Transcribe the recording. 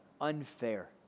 Unfair